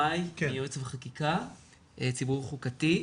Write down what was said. מיעוץ וחקיקה ציבור חוקתי.